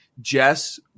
Jess